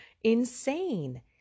insane